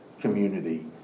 community